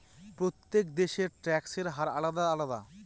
প্রত্যেক দেশের ট্যাক্সের হার আলাদা আলাদা